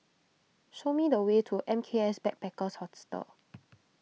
show me the way to M K S Backpackers Hostel